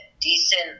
decent